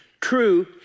true